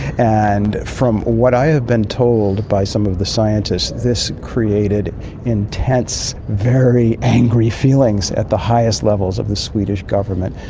and from what i have been told by some of the scientists, this created intense, very angry feelings at the highest levels of the swedish government.